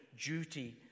duty